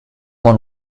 one